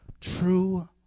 True